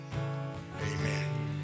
Amen